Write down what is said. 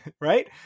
right